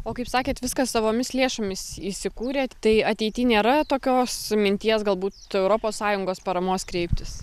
o kaip sakėt viskas savomis lėšomis įsikūrė tai ateity nėra tokios minties galbūt tai europos sąjungos paramos kreiptis